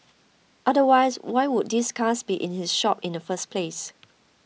otherwise why would these cars be in his shop in the first place